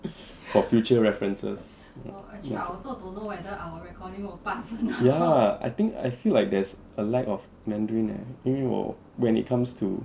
for future references ya I think I feel like there a a lack of mandarin leh 因为我 when it comes to